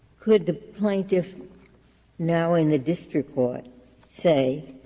could the plaintiffs now in the district court say,